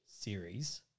series